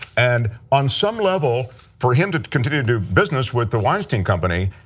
and on some level for him to continue to do business with the weinstein company,